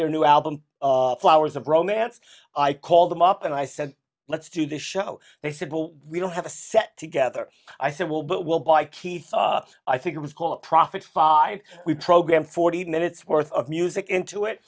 their new album flowers of romance i called them up and i said let's do this show they said well we don't have a set together i said well but we'll buy keith i think it was called profit five we program forty minutes worth of music into it